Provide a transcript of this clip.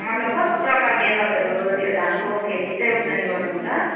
मतलब कस्तो प्रकारले तपाईँहरू यो धानको खेती चाहिँ उब्जनी गर्नुहुन्छ